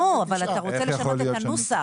לא, אבל אתה רוצה לשנות את הנוסח.